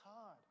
hard